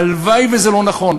הלוואי שזה לא נכון.